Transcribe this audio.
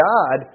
God